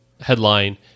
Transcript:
headline